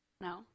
No